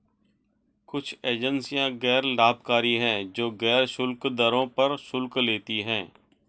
कुछ एजेंसियां गैर लाभकारी हैं, जो गैर शुल्क दरों पर शुल्क लेती हैं